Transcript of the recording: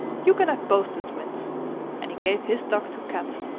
you can have both the twins and he gave his duck to kat.